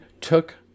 took